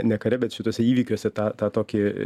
ne kare bet šituose įvykiuose tą tą tokį